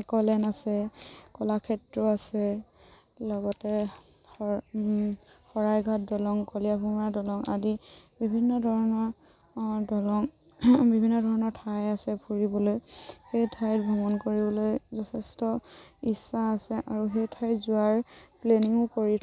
Auckland আছে কলাক্ষেত্ৰ আছে লগতে শ শৰাইঘাট দলং কলীয়াভোমোৰা দলং আদি বিভিন্ন ধৰণৰ দলং বিভিন্ন ধৰণৰ ঠাই আছে ফুৰিবলৈ সেই ঠাই ভ্ৰমণ কৰিবলৈ যথেষ্ট ইচ্ছা আছে আৰু সেই ঠাইত যোৱাৰ প্লেনিঙো কৰি